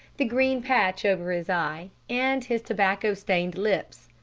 the green patch over his eye, and his tobacco-stained lips.